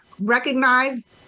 recognize